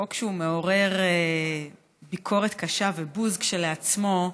חוק שמעורר ביקורת קשה ובוז כשלעצמו,